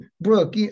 Brooke